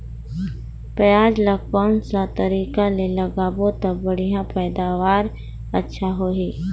पियाज ला कोन सा तरीका ले लगाबो ता बढ़िया पैदावार अच्छा होही?